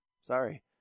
Sorry